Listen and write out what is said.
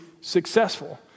successful